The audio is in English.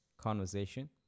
conversation